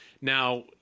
Now